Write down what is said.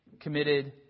committed